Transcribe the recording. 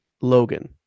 logan